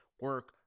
Work